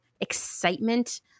excitement